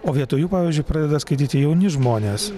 o vietoj jų pavyzdžiui pradeda skaityti jauni žmonės